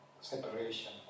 separation